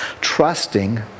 Trusting